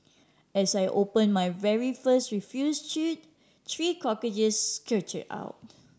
as I open my very first refuse chute three cockroaches scurried out